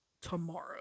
tomorrow